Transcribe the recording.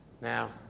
Now